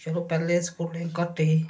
चलो पैह्लें स्कूलिंग घट्ट ही